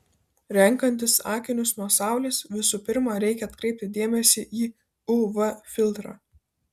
renkantis akinius nuo saulės visų pirma reikia atkreipti dėmesį į uv filtrą